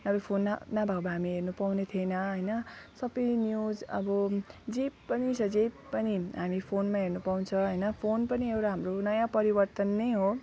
अब फोनमा नभएको भए हामी हेर्नु पाउने थिएन हैन सबै न्युज अब जे पनि छ जे पनि हामी फोनमा हेर्नु पाउँछ हैन फोन पनि एउटा हाम्रो नयाँ परिवर्तन नै हो